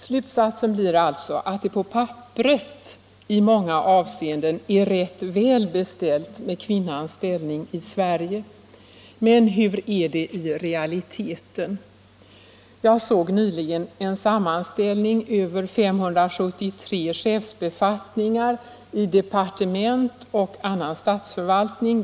Slutsatsen blir alltså att det på papperet i många avseenden är rätt väl beställt med kvinnans ställning i Sverige. Men hur är det i realiteten? Jag såg nyligen en sammanställning över 573 chefsbefattningar i departement och annan statsförvaltning.